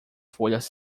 folhas